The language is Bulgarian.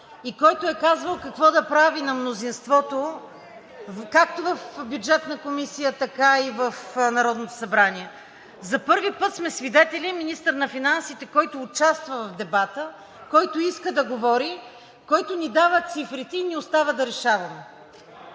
и който е казвал на мнозинството какво да прави както в Бюджетната комисия, така и в Народното събрание. За първи път сме свидетели министър на финансите, който участва в дебата, който иска да говори, който ни дава цифрите и ни остава да решаваме.